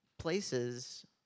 places